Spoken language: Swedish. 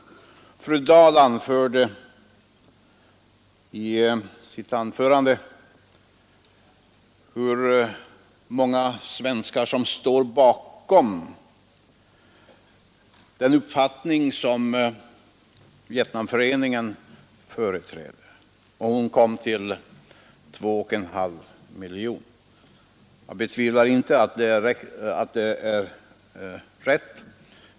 Fru Dahl nämnde i sitt anförande hur många svenskar som står bakom den uppfattning som Vietnamkommittén företräder. Hon kom till 2,5 miljoner. Jag betvivlar inte att siffran är riktig.